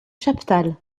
chaptal